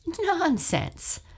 Nonsense